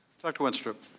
documents up.